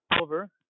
over